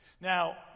Now